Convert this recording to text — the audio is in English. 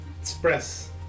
express